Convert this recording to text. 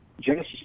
Genesis